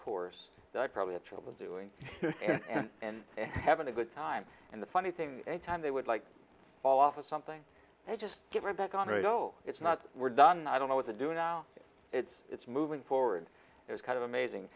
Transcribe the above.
course that probably have trouble doing and having a good time and the funny thing a time they would like fall off a something they just get right back on radio it's not we're done i don't know what to do now it's it's moving forward it's kind of amazing